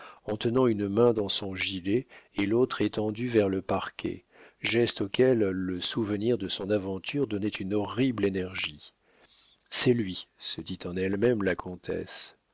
en tenant une main dans son gilet et l'autre étendue vers le parquet geste auquel le souvenir de son aventure donnait une horrible énergie c'est lui se dit en elle-même la comtesse